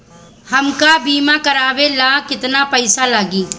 हमका बीमा करावे ला केतना पईसा लागी?